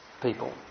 people